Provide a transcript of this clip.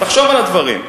תחשוב על הדברים.